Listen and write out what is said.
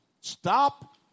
stop